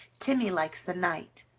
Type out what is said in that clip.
timmy likes the night,